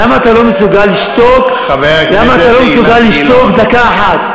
למה אתה לא מסוגל לשתוק דקה אחת?